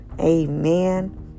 amen